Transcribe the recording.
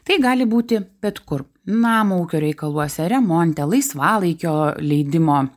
tai gali būti bet kur namo ūkio reikaluose remonte laisvalaikio leidimo